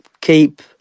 keep